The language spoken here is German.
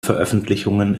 veröffentlichungen